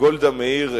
גולדה מאיר,